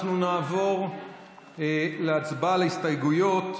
אנחנו נעבור להצבעה על ההסתייגויות.